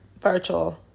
virtual